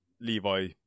Levi